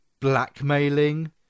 blackmailing